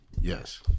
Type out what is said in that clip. Yes